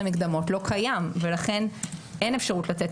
המקדמות לא קיים ולכן אין אפשרות לתת